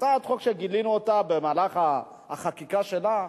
הצעת החוק, שגילינו אותה במהלך החקיקה שלה,